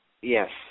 Yes